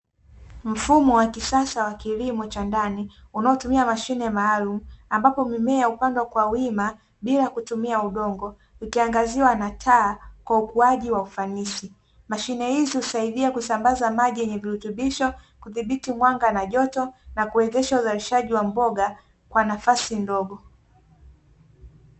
Mfumo wa kisasa wa kilimo cha ndani unaotumia mashine maalumu, ambapo mimea hupandwa kwa wima bila kutumia udongo, ikiangaziwa na taa kwa ukuaji wa ufanisi. Mashine hizi husaidia kusambaza maji yenye virutubisho, kudhibiti mwanga na joto, na kuwezesha uzalishaji wa mboga kwa nafasi ndogo.